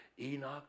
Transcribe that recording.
Enoch